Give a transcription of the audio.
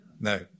No